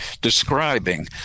describing